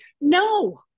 No